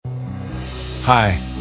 Hi